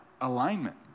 alignment